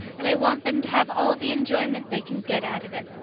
and i want them to have all the enjoyment they can get out of it.